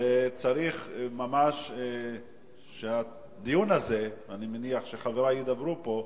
וצריך ממש שהדיון הזה, אני מניח שחברי ידברו פה,